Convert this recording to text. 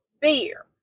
beer